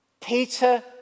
Peter